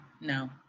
No